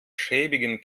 schäbigen